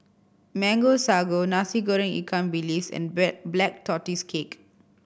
Mango Sago Nasi Goreng ikan bilis and Black Tortoise Cake